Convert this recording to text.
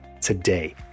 today